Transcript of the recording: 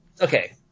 Okay